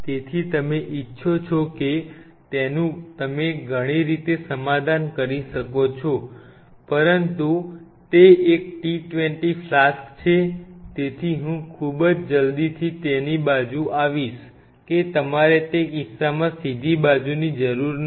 તેથી તમે ઇચ્છો છો કે તેનું તમે ઘણી રીતે સમાધાન કરી શકો છો પરંતુ તે એક t 20 ફ્લાસ્ક છે તેથી હું ખૂબ જ જલ્દીથી તેની બાજુ આવીશ કે તમારે તે કિસ્સામાં સીધી બાજુની જરૂર નથી